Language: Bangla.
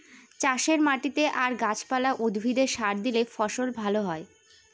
চাষের মাটিতে আর গাছ পালা, উদ্ভিদে সার দিলে ফসল ভালো হয়